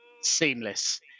seamless